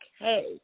okay